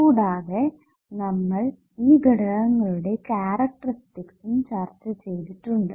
കൂടാതെ നമ്മൾ ഈ ഘടകങ്ങളുടെ കാരക്ടറിസ്റ്റിക്സും ചർച്ച ചെയ്തിട്ടിട്ടുണ്ട്